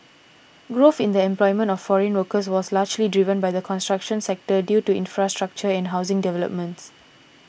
growth in the employment of foreign workers was largely driven by the construction sector due to infrastructure and housing developments